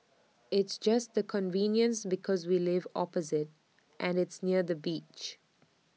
it's just the convenience because we live opposite and it's near the beach